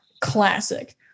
Classic